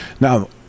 now